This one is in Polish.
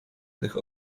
tych